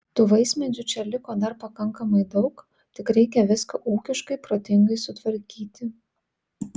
tų vaismedžių čia liko dar pakankamai daug tik reikia viską ūkiškai protingai sutvarkyti